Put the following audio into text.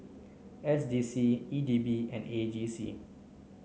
S D C E D B and A J C